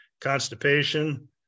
constipation